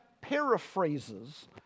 paraphrases